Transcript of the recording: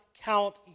count